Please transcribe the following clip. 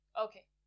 Okay